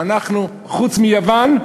חוץ מיוון,